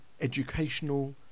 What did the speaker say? educational